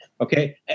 Okay